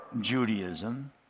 Judaism